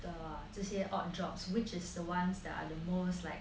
的这些 odd jobs which is the ones that are the most like